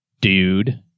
dude